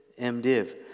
MDiv